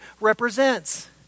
represents